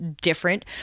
different